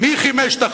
מי חימש את ה"חמאס"